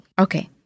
okay